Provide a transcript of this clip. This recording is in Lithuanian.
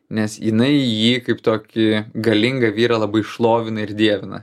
nes jinai jį kaip tokį galingą vyrą labai šlovina ir dievina